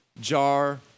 jar